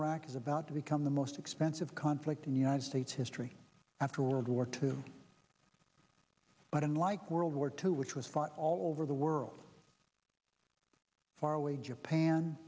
iraq is about to become the most expensive conflict in united states history after world war two but unlike world war two which was fought all over the world faraway japan